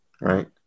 Right